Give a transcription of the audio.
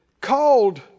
called